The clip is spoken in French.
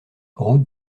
route